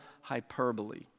hyperbole